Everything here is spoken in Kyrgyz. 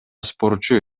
спортчу